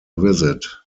visit